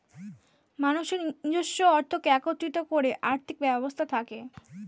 মানুষের নিজস্ব অর্থকে একত্রিত করে আর্থিক ব্যবস্থা থাকে